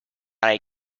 united